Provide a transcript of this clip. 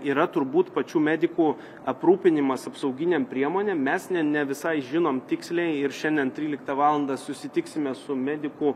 yra turbūt pačių medikų aprūpinimas apsauginėm priemonėm mes ne ne visai žinom tiksliai ir šiandien tryliktą valandą susitiksime su medikų